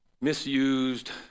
misused